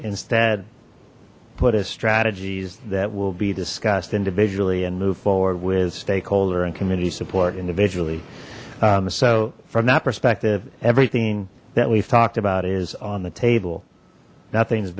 instead put as strategies that will be discussed individually and move forward with stakeholder and community support individually so from that perspective everything that we've talked about is on the table nothing